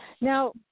Now